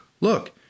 look